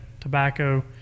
tobacco